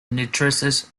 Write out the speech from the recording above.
nutritious